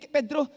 Pedro